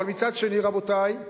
אבל מצד שני, רבותי,